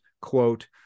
quote